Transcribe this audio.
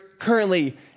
currently